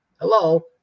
hello